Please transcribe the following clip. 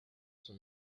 son